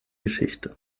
geschichte